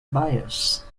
bias